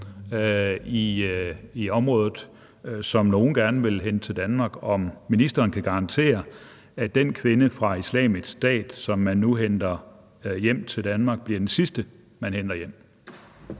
i området, som nogle gerne vil hente til Danmark, om ministeren kan garantere, at den kvinde fra Islamisk Stat, som man nu henter hjem til Danmark, bliver den sidste, man henter hjem.